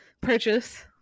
purchase